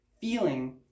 feeling